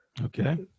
okay